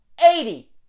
Eighty